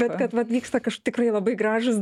bet kad vat vyksta tikrai labai gražūs